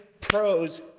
pros